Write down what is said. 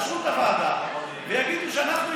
תאשרו את הוועדה ויגידו שאנחנו,